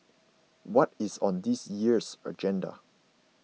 what is on this year's agenda